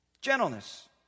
Gentleness